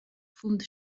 pfund